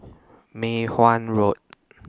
Mei Hwan Road